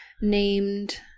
Named